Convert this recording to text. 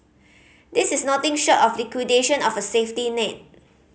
this is nothing short of liquidation of a safety net